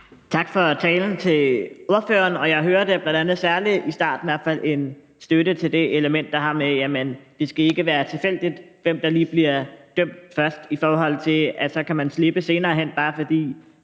Tak for talen til ordføreren, og jeg hørte bl.a. særlig i starten i hvert fald en støtte til det element om, at det ikke skal være tilfældigt, hvem der lige bliver dømt først, i forhold til at man så kan slippe senere hen, bare fordi